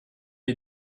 est